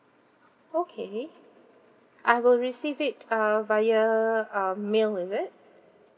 okay I will receive it err via um mail is it